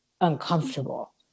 uncomfortable